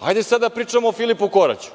Hajde sada da pričamo o Filipu Koraću.